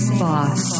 boss